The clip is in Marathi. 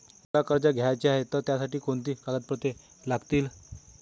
मला कर्ज घ्यायचे आहे तर त्यासाठी कोणती कागदपत्रे लागतील?